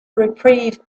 reprieve